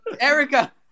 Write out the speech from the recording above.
Erica